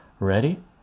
ready